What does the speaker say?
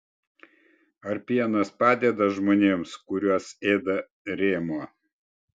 ar pienas padeda žmonėms kuriuos ėda rėmuo